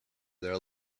there